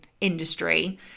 industry